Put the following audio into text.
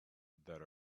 that